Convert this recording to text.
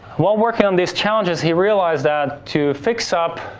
while working on these challenges, he realized that to fix up